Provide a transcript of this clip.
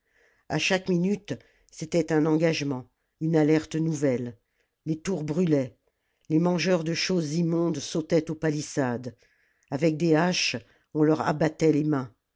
a chaque minute c'était un engagement une alerte nouvelle les tours brûlaient les mangeurs de choses immondes sautaient aux palissades avec des haches on leur abattait les mains